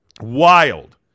Wild